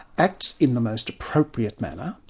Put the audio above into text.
acts in the most appropriate manner,